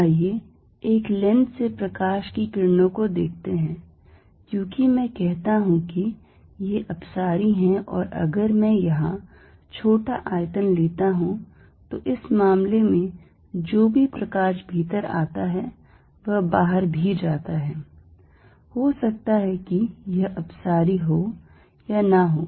आइए एक लेंस से प्रकाश की किरणों को देखते हैं क्योंकि मैं कहता हूं ये अपसारी हैं और अगर मैं यहां छोटा आयतन लेता हूं तो इस मामले में जो भी प्रकाश भीतर आता है वह बाहर भी जा रहा है हो सकता है कि यह अपसारी हो या न हो